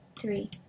three